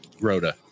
Rhoda